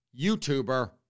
YouTuber